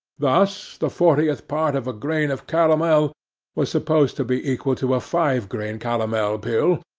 thus, the fortieth part of a grain of calomel was supposed to be equal to a five-grain calomel pill,